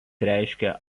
reiškia